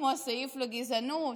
כמו הסעיף לגזענות,